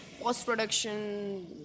post-production